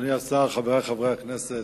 אדוני השר, חברי חברי הכנסת,